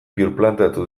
birplanteatu